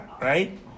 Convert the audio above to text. right